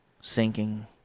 sinking